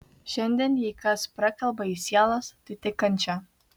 šiandien jei kas prakalba į sielas tai tik kančia